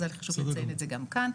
אז היה לי חשוב לציין את זה גם כאן.